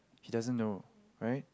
he doesn't know right